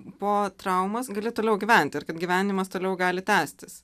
po traumos gali toliau gyventi ir kad gyvenimas toliau gali tęstis